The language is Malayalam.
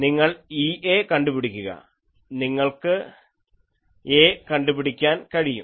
നിങ്ങൾ EA കണ്ടുപിടിക്കുക നിങ്ങൾക്ക് A കണ്ടുപിടിക്കാൻ കഴിയും